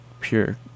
pure